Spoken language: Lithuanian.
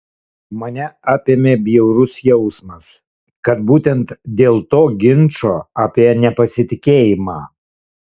mane apėmė bjaurus jausmas kad būtent dėl to ginčo apie nepasitikėjimą